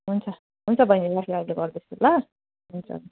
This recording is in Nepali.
हुन्छ हुन्छ बैनी राखेँ अहिले गर्दैछु ल हुन्छ हुन्छ